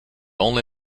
only